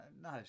no